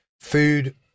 Food